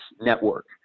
network